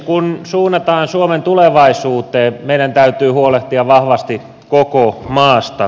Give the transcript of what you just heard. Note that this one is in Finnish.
kun suunnataan suomen tulevaisuuteen meidän täytyy huolehtia vahvasti koko maasta